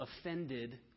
offended